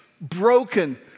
broken